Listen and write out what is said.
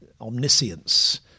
omniscience